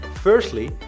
Firstly